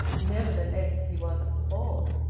nevertheless he was appalled,